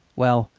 well,